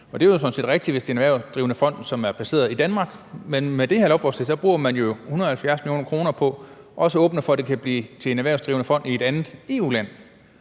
det er jo sådan set rigtigt, hvis det er en erhvervsdrivende fond, som er placeret i Danmark, men med det her lovforslag bruger man jo 170 mio. kr. på også at åbne for, at det kan blive en erhvervsdrivende fond i et andet EU-land.